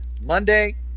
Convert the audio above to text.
monday